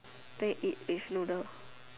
then you eat with noodle